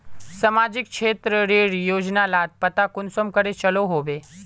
सामाजिक क्षेत्र रेर योजना लार पता कुंसम करे चलो होबे?